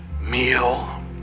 meal